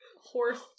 horse